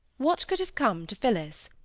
what could have come to phillis?